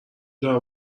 جعبه